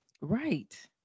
Right